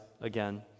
again